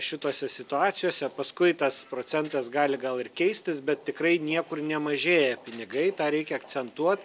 šitose situacijose paskui tas procentas gali gal ir keistis bet tikrai niekur nemažėja pinigai tą reikia akcentuot